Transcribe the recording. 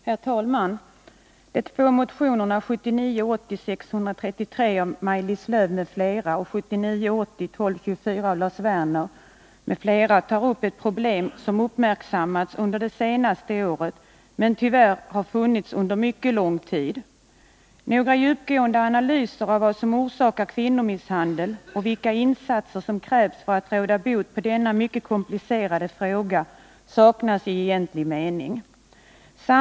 Herr talman! De två motionerna 1979 80:1224 av Lars Werner m.fl. tar upp ett problem som uppmärksammats under det senaste året men som tyvärr har funnits under mycket lång tid. Mera djupgående analyser av vad som orsakar kvinnomisshandel och vilka insatser som krävs för att råda bot på denna mycket komplicerade fråga i egentlig mening saknas.